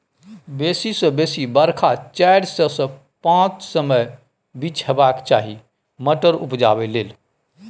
बेसी सँ बेसी बरखा चारि सय सँ पाँच सयक बीच हेबाक चाही मटर उपजाबै लेल